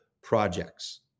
projects